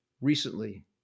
recently